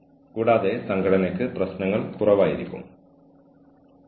കൂടാതെ ജീവനക്കാരന് ഇതിനെക്കുറിച്ച് ശക്തമായി തോന്നിയാൽ അത് ശരിയായിരിക്കാം